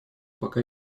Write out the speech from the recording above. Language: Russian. пока